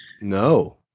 No